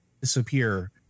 disappear